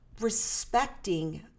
respecting